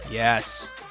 Yes